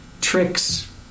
tricks